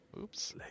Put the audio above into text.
Oops